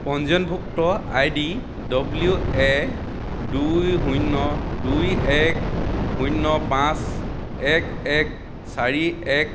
পঞ্জীয়নভুক্ত ID W A দুই শূন্য দুই এক শূন্য পাঁচ এক এক চাৰি এক